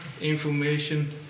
information